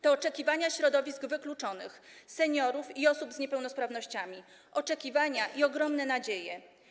To oczekiwania środowisk wykluczonych, seniorów i osób z niepełnosprawnościami, oczekiwania i ogromne nadzieje.